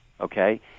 okay